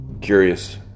Curious